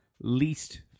least